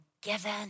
given